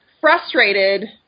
frustrated